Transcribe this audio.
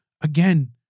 again